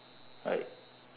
right